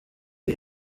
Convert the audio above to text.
ari